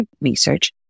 research